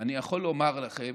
ואני יכול לומר לכם,